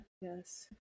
yes